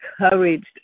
encouraged